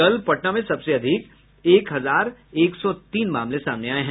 कल पटना में सबसे अधिक एक हजार एक सौ तीन मामले सामने आये हैं